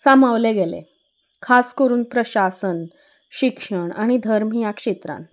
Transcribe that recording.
सामावले गेले खास करून प्रशासन शिक्षण आनी धर्म ह्या क्षेत्रान